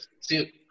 See